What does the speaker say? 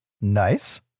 Nice